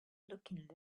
looking